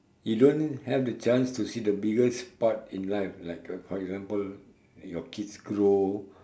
you don't have the chance to see the biggest part in life like a for example your kids grow